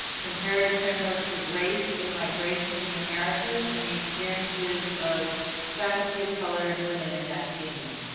comparative frameworks of race and migration in the americas, and the experiences of faculty of color and women in academia.